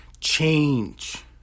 change